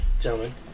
Gentlemen